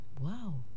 Wow